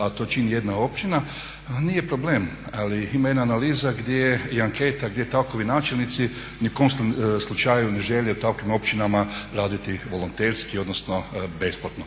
a to čini jedna općina, nije problem, ali ima jedna analiza i anketa gdje takvi načelnici ni u kom slučaju ne žele u takvim općinama raditi volonterski odnosno besplatno.